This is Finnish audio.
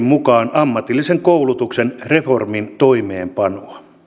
mukaan ammatillisen koulutuksen reformin toimeenpanoa